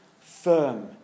firm